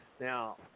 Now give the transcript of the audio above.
Now